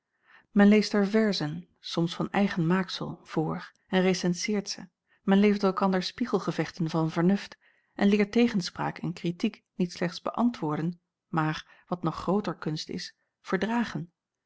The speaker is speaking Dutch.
men leest er verzen soms van eigen maaksel voor en recenseert ze men levert elkander spiegelgevechten van vernuft en leert tegenspraak en kritiek niet slechts beäntwoorden maar wat nog grooter kunst is verdragen